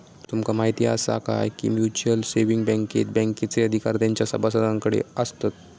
तुमका म्हायती आसा काय, की म्युच्युअल सेविंग बँकेत बँकेचे अधिकार तेंच्या सभासदांकडे आसतत